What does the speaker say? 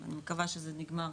אני מקווה שזה נגמר,